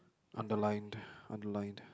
underlined underlined